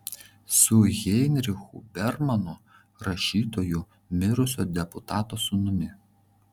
su heinrichu bermanu rašytoju mirusio deputato sūnumi